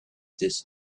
this